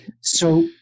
So-